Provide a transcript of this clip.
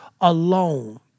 alone